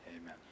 Amen